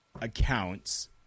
accounts